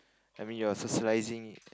I mean your socializing